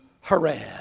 Haran